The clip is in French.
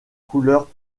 couleurs